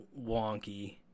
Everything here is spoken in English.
wonky